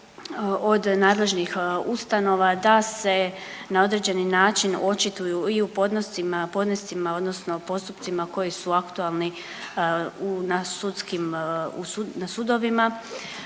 od nadležnih ustanova da se na određeni način očituju i u podnescima, podnescima odnosno postupcima koji su aktualni u na sudskim,